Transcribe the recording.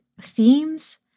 themes